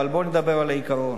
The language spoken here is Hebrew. אבל בואו נדבר על העיקרון.